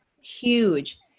huge